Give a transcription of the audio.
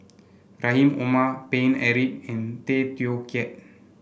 Rahim Omar Paine Eric and Tay Teow Kiat